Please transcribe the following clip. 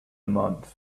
month